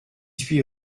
huit